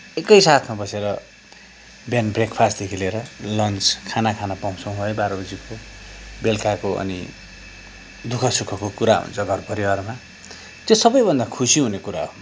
एकैसाथमा बसेर बिहान ब्रेकफास्टदेखि लिएर लन्च खाना खान पाउँछौँ है बाह्र बजीको बेलुकाको अनि दुखः सुखको कुरा हुन्छ घर परिवारमा त्यो सबैभन्दा खुसी हुने कुरा हो